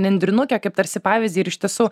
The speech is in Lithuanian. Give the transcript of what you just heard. nendrinukę kaip tarsi pavyzdį ir iš tiesų